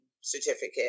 certificate